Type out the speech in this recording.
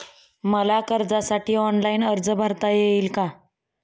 मला कर्जासाठी ऑनलाइन अर्ज भरता येईल का?